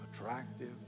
attractive